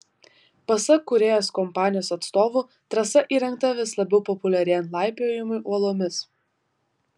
pasak kūrėjos kompanijos atstovų trasa įrengta vis labiau populiarėjant laipiojimui uolomis